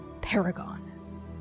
Paragon